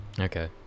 Okay